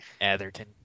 Atherton